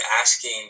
asking